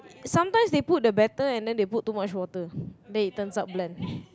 sometimes they put the batter and then they put too much water then it turns out bland